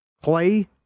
Clay